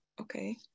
okay